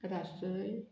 राष्ट्रीये